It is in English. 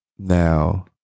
Now